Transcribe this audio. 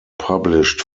published